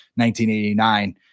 1989